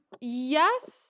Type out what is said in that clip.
Yes